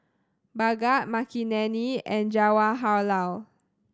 Bhagat Makineni and Jawaharlal